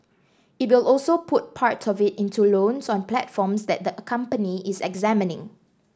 it will also put part of it into loans on platforms that the company is examining